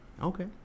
Okay